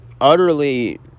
utterly